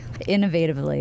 innovatively